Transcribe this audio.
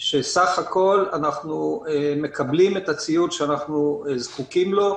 שסך הכל אנחנו מקבלים את הציוד שאנחנו זקוקים לו.